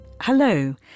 Hello